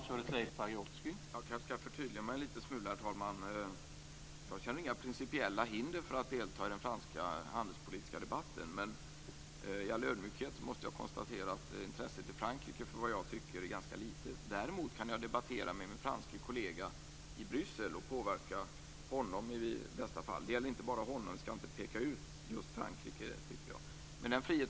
Herr talman! Jag skall kanske förtydliga mig en liten smula. Jag känner inga principiella hinder för att delta i den franska handelspolitiska debatten, men jag måste i all ödmjukhet konstatera att intresset i Frankrike för vad jag tycker är ganska litet. Däremot kan jag debattera med min franske kollega i Bryssel och i bästa fall påverka honom. Det gäller dock inte bara honom. Jag tycker inte att vi skall peka ut just Frankrike.